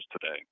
today